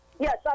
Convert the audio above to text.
Yes